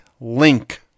link